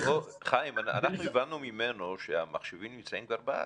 חיים, אנחנו הבנו ממנו שהמחשבים נמצאים כבר בארץ.